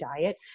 diet